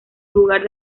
lugar